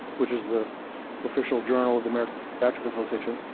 which was the official journal of the american psychiatric association.